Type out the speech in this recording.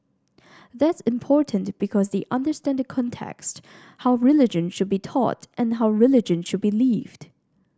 that's important because they understand the context how religion should be taught and how religion should be lived